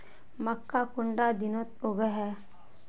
मक्का कुंडा दिनोत उगैहे?